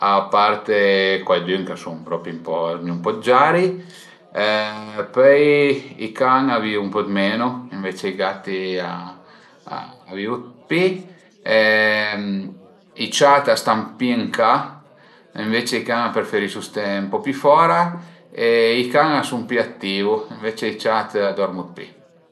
a parte cuaidün ch'a sun propi ën po, a zmìu ën po dë giari, pöi i can a vivu ën po dë menu, ënvece i gatti a a vivu dë pi e i ciat a stan pi ën ca, ënvece i can a preferisu ste ën po pi fora e i can a sun pi attivu, ënvece i ciat a dörmu dë pi